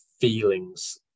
feelings